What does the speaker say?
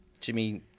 Jimmy –